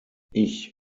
ich